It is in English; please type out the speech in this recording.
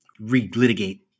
re-litigate